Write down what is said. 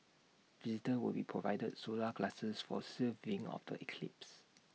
visitors will be provided solar glasses for safe viewing of the eclipse